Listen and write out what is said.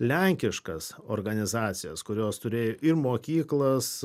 lenkiškas organizacijas kurios turėjo ir mokyklas